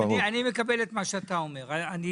אני חולק על זה,